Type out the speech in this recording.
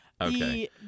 Okay